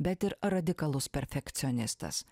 bet ir radikalus perfekcionistas